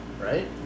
right